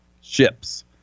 Ships